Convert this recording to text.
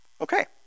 Okay